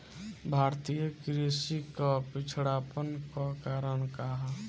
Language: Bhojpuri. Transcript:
भारतीय कृषि क पिछड़ापन क कारण का ह?